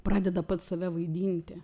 pradeda pats save vaidinti